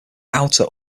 outer